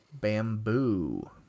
bamboo